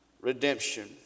redemption